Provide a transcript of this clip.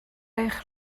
eich